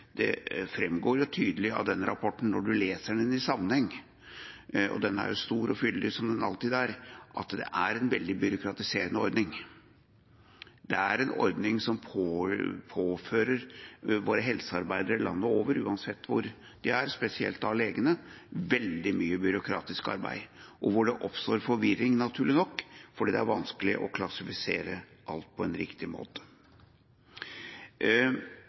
tydelig av denne rapporten når en leser den i sammenheng – og den er stor og fyldig, som den alltid er – at det er en veldig byråkratiserende ordning. Det er en ordning som påfører våre helsearbeidere, spesielt legene, landet over, uansett hvor de er, veldig mye byråkratisk arbeid, og det oppstår forvirring, naturlig nok, fordi det er vanskelig å klassifisere alt på en riktig måte.